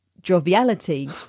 joviality